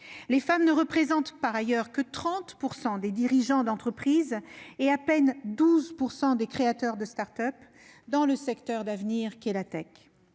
les femmes ne représentent que 30 % des dirigeants d'entreprises et à peine 12 % des créateurs de start-up dans le secteur d'avenir qu'est la.